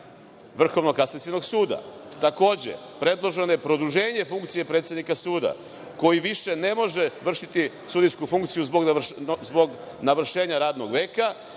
Vrhovnog kasacionog suda. Takođe, predloženo je produženje funkcije predsednika suda koji više ne može vršiti sudijsku funkciju zbog navršenja radnog veka,